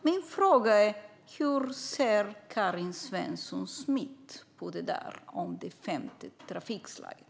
Min fråga är: Hur ser Karin Svensson Smith på frågan om det femte trafikslaget?